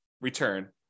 return